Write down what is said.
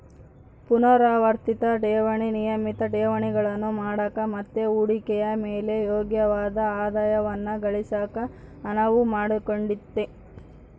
ಪುನರಾವರ್ತಿತ ಠೇವಣಿ ನಿಯಮಿತ ಠೇವಣಿಗಳನ್ನು ಮಾಡಕ ಮತ್ತೆ ಹೂಡಿಕೆಯ ಮೇಲೆ ಯೋಗ್ಯವಾದ ಆದಾಯವನ್ನ ಗಳಿಸಕ ಅನುವು ಮಾಡಿಕೊಡುತ್ತೆ